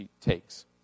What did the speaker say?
takes